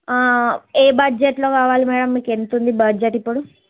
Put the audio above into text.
ఏ బడ్జెట్లో కావాలి మేడమ్ మీకు ఎంతుంది బడ్జెట్ ఇప్పుడు